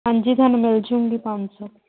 ਹਾਂਜੀ ਤੁਹਾਨੂੰ ਮਿਲ ਜੂਗੀ ਪੰਜ ਸੌ